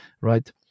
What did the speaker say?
right